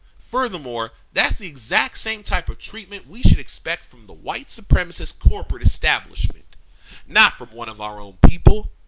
furthermore, that's the exact same type of treatment we should expect from the white supremacist corporate establishment not from one of our own people.